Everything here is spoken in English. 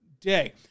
day